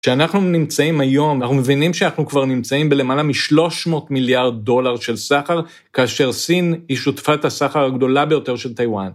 כשאנחנו נמצאים היום, אנחנו מבינים שאנחנו כבר נמצאים בלמעלה משלוש מאות מיליארד דולר של סחר, כאשר סין היא שותפת הסחר הגדולה ביותר של טיוואן.